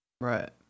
right